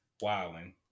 wilding